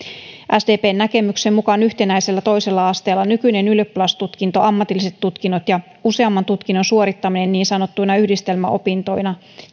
sdpn näkemyksen mukaan yhtenäisellä toisella asteella tulisi säilyä nykyinen ylioppilastutkinto ammatilliset tutkinnot ja useamman tutkinnon suorittaminen niin sanottuina yhdistelmäopintoina